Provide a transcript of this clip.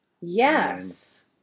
Yes